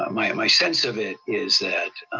my my sense of it is that